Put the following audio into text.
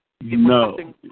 No